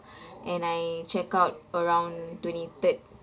and I check out around twenty third